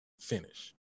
finish